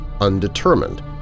undetermined